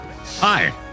Hi